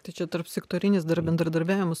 tai čia tarpsektorinis bendradarbiavimas